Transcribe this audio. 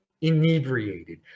inebriated